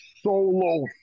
solo